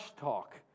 talk